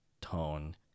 tone